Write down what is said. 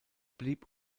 blieb